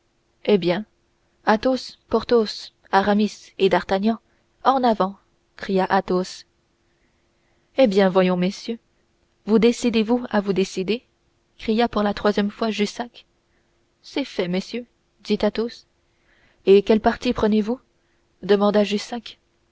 eh bien athos porthos aramis et d'artagnan en avant cria athos eh bien voyons messieurs vous décidez-vous à vous décider cria pour la troisième fois jussac c'est fait messieurs dit athos et quel parti prenez-vous demanda